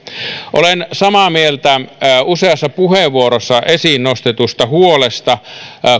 olen samaa mieltä useassa puheenvuorossa esiin nostetusta huolesta